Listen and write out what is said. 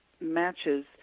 matches